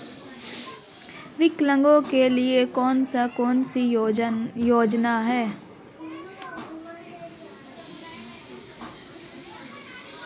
विकलांगों के लिए कौन कौनसी योजना है?